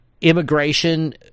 immigration